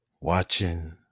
watching